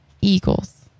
Eagles